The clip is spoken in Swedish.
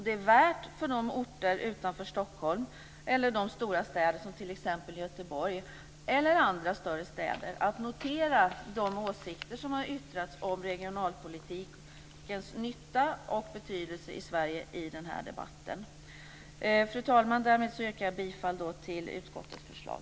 Det är värt för orter utanför Stockholm, stora städer som t.ex. Göteborg eller andra större städer att notera de åsikter som i den här debatten har yttrats om regionalpolitikens nytta och betydelse i Sverige. Fru talman! Därmed yrkar jag bifall till utskottets förslag.